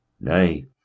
Nay